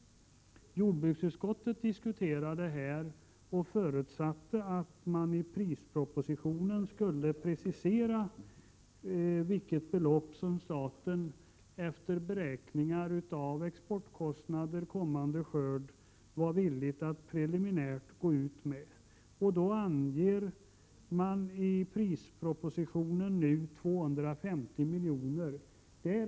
Jordbruksutskottet diskuterade detta och förutsatte att man i prispropositionen skulle precisera vilket belopp som staten, efter beräkningar av exportkostnader för kommande skörd, var villig att preliminärt gå ut med. Nu anger man i prispropositionen 250 milj.kr.